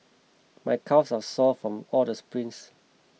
my calves are sore from all the sprints